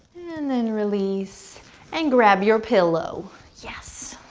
and then release and grab your pillow. yes.